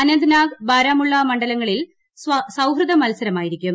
അനന്ത് നാഗ് ബാരാമുള്ള മണ്ഡലങ്ങളിൽ സൌഹൃദ മത്സരമായിരിക്കും